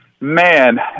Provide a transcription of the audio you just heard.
Man